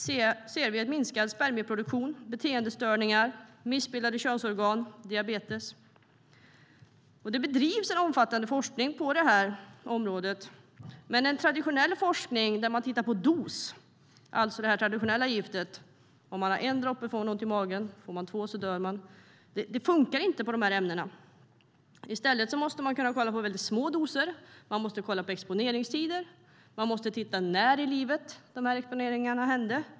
Vi ser en minskad spermieproduktion, beteendestörningar, missbildade könsorgan och diabetes. Det bedrivs en omfattande forskning på det här området. Men en traditionell forskning där man tittar på dos - det handlar alltså om det traditionella giftet, där man får ont i magen om man får en droppe och dör om man får två droppar - funkar inte på de här ämnena. I stället måste man kunna kolla på väldigt små doser. Man måste kolla på exponeringstider. Man måste titta på när i livet exponeringarna skedde.